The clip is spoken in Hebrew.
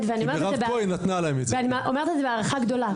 אני אומרת את זה בהערכה גדולה,